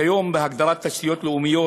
כיום בהגדרת תשתיות לאומיות